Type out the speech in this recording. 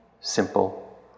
simple